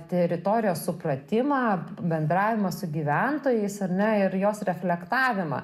teritorijos supratimą bendravimą su gyventojais ar ne ir jos reflektavimą